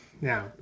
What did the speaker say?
Now